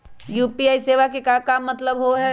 UPI सेवा के का मतलब है?